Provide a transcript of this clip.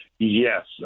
Yes